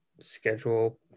schedule